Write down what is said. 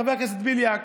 חבר הכנסת בליאק,